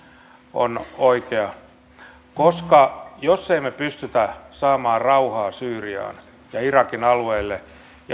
on oikea jos me emme pysty saamaan rauhaa syyriaan ja irakin alueelle